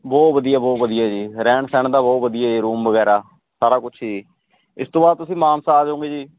ਬਹੁਤ ਵਧੀਆ ਬਹੁਤ ਵਧੀਆ ਜੀ ਰਹਿਣ ਸਹਿਣ ਦਾ ਬਹੁਤ ਵਧੀਆ ਜੀ ਰੂਮ ਵਗੈਰਾ ਸਾਰਾ ਕੁਛ ਜੀ ਇਸ ਤੋਂ ਬਾਅਦ ਤੁਸੀਂ ਮਾਨਸਾ ਆ ਜਾਓਗੇ ਜੀ